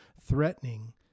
threatening